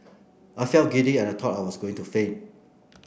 I felt giddy and thought I was going to faint